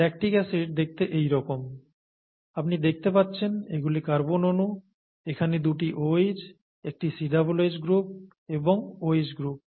lactic acid দেখতে এইরকম আপনি দেখতে পাচ্ছেন এগুলি কার্বন অনু এখানে দুটি OH একটি COOH গ্রুপ এবং OH গ্রুপ